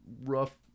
rough